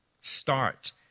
Start